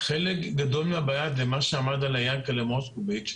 שחלק גדול מהבעיה הוא מה שעמד עליו יענקל'ה מוסקוביץ,